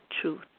truth